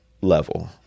level